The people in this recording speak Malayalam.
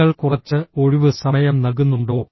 നിങ്ങൾ കുറച്ച് ഒഴിവു സമയം നൽകുന്നുണ്ടോ